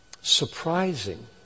surprising